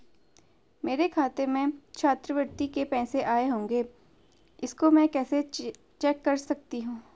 मेरे खाते में छात्रवृत्ति के पैसे आए होंगे इसको मैं कैसे चेक कर सकती हूँ?